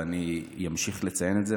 ואני אמשיך לציין את זה,